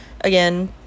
Again